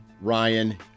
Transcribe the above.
ryan